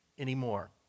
anymore